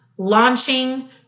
launching